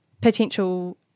potential